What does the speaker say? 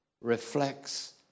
reflects